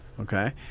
Okay